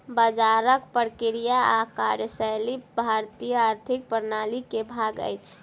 बजारक प्रक्रिया आ कार्यशैली भारतीय आर्थिक प्रणाली के भाग अछि